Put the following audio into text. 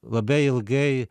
labai ilgai